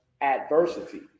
adversity